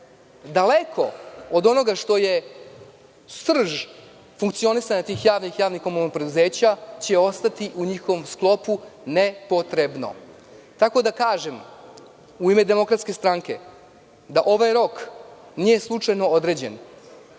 daleko od onoga što je srž funkcionisanja tih javnih i javnih komunalnih preduzeća će ostati u njihovom sklopu nepotrebno. Tako da, kažem, u ime DS, da ovaj rok nije slučajno određen.